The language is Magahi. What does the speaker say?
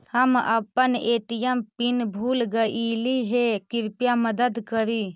हम अपन ए.टी.एम पीन भूल गईली हे, कृपया मदद करी